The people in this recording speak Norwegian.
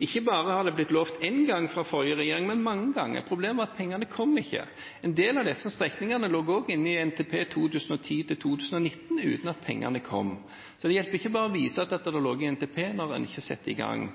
Ikke bare hadde det blitt lovt én gang fra forrige regjering, men mange ganger. Problemet var at pengene kom ikke. En del av disse strekningene lå også inne i NTP 2010–2019 uten at pengene kom. Så det hjelper ikke bare å vise til at det lå i NTP, når man ikke setter i gang.